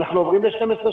אנחנו עוברים ל-12-12,